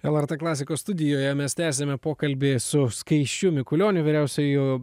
lrt klasikos studijoje mes tęsiame pokalbį su skaisčiu mikulioniu vyriausiuoju